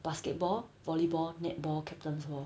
basketball volleyball netball captain's ball